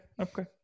Okay